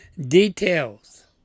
Details